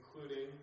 Including